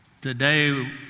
Today